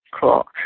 Cool